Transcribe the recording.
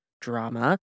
Drama